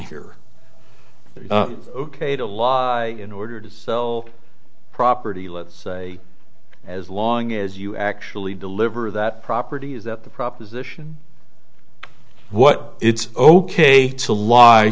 here ok to lie in order to sell property let's say as long as you actually deliver that property is that the proposition what it's open to lie